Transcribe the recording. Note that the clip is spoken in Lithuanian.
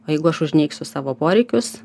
o jeigu aš užneigsiu savo poreikius